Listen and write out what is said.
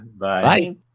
Bye